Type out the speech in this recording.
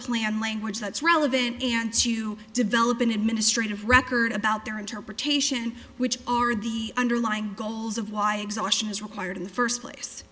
plan language that's relevant and to develop an administrative record about their interpretation which are the underlying goals of why exhaustion is required in the first place